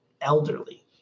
elderly